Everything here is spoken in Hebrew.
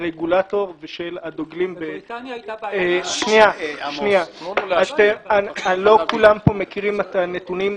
הרגולטור ושל הדוגלים - לא כולם פה מכירים את הנתונים.